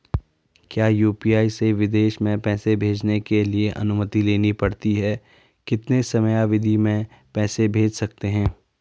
क्या यु.पी.आई से विदेश में पैसे भेजने के लिए अनुमति लेनी पड़ती है कितने समयावधि में पैसे भेज सकते हैं?